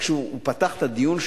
כשהוא פתח את הדיון שלו,